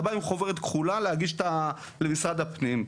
אתה בא עם חוברת כחולה להגיש למשרד הפנים,